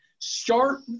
Start